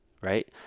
right